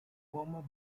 former